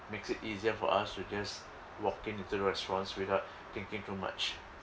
makes it easier for us to just walk in into the restaurants without thinking too much